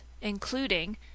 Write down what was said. including